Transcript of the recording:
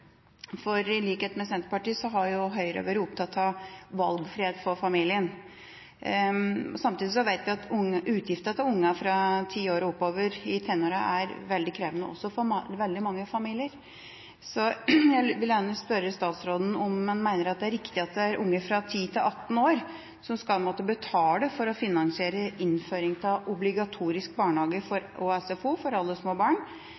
for som Senterpartiet har også Høyre vært opptatt av valgfrihet for familien. Samtidig vet vi at utgiftene til barn fra ti år og oppover, i tenåra, også er veldig krevende for veldig mange familier. Så vil jeg gjerne spørre statsråden om han mener at det er riktig at det er barn fra 10 til 18 år som skal måtte betale for å finansiere innføring av obligatorisk barnehage og SFO for alle små barn,